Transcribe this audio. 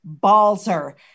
Balzer